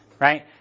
right